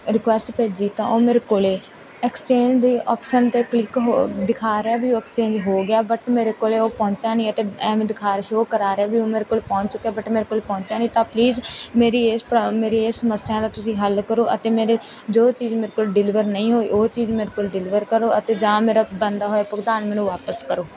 request ਭੇਜੀ ਤਾਂ ਉਹ ਮੇਰੇ ਕੋਲ ਐਕਸਚੇਂਜ ਦੀ ਓਪਸ਼ਨ 'ਤੇ ਕਲਿੱਕ ਹੋ ਦਿਖਾ ਰਿਹਾ ਵੀ ਉਹ ਐਕਸਚੇਂਜ ਹੋ ਗਿਆ ਬੱਟ ਮੇਰੇ ਕੋਲ ਉਹ ਪਹੁੰਚਿਆ ਨਹੀਂ ਅਤੇ ਐਵੇਂ ਦਿਖਾ ਰਿਹਾ ਸ਼ੋ ਕਰਾ ਰਿਹਾ ਵੀ ਉਹ ਮੇਰੇ ਕੋਲ ਪਹੁੰਚ ਚੁੱਕਾ ਬੱਟ ਮੇਰੇ ਕੋਲ ਪਹੁੰਚਿਆ ਨਹੀਂ ਤਾਂ ਪਲੀਜ਼ ਮੇਰੀ ਇਸ ਪ੍ਰੋ ਮੇਰੀ ਇਹ ਸਮੱਸਿਆ ਦਾ ਤੁਸੀਂ ਹੱਲ ਕਰੋ ਅਤੇ ਮੇਰੇ ਜੋ ਚੀਜ਼ ਮੇਰੇ ਕੋਲ ਡਿਲੀਵਰ ਨਹੀਂ ਹੋਈ ਉਹ ਚੀਜ਼ ਮੇਰੇ ਕੋਲ ਡਿਲੀਵਰ ਕਰੋ ਅਤੇ ਜਾਂ ਮੇਰਾ ਬਣਦਾ ਹੋਇਆ ਭੁਗਤਾਨ ਮੈਨੂੰ ਵਾਪਿਸ ਕਰੋ